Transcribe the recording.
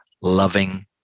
loving